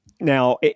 now